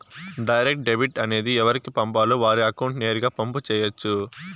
direct debit అనేది ఎవరికి పంపాలో వారి అకౌంట్ నేరుగా పంపు చేయొచ్చు